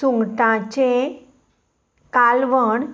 सुंगटाचें कालवण